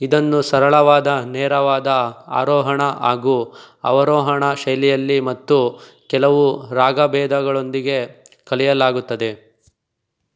ಇದನ್ನು ಸರಳವಾದ ನೇರವಾದ ಆರೋಹಣ ಹಾಗೂ ಅವರೋಹಣ ಶೈಲಿಯಲ್ಲಿ ಮತ್ತು ಕೆಲವು ರಾಗಭೇದಗಳೊಂದಿಗೆ ಕಲಿಯಲಾಗುತ್ತದೆ